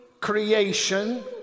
creation